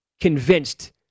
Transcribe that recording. convinced